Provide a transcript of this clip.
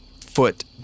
foot